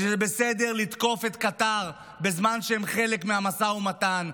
שזה בסדר לתקוף את קטר בזמן שהם חלק מהמשא ומתן.